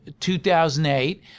2008